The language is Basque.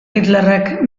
hitlerrek